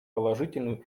положительную